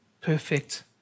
perfect